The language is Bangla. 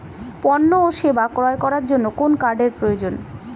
পণ্য ও সেবা ক্রয় করার জন্য কোন কার্ডের প্রয়োজন?